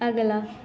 ਅਗਲਾ